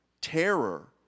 terror